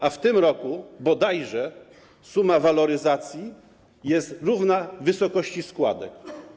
A w tym roku bodajże suma waloryzacji jest równa wysokości składek.